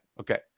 Okay